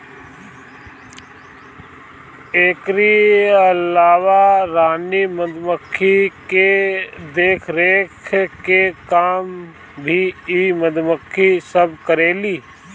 एकरी अलावा रानी मधुमक्खी के देखरेख के काम भी इ मधुमक्खी सब करेली